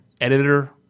editor